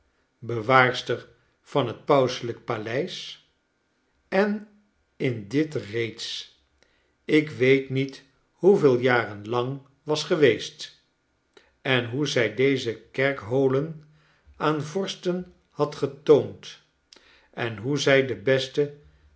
paleis en dit reeds ik weet niet hoeveel jaren lang was geweest en hoe zij deze kerkerholen aan vorsten had getoond en hoe zij de beste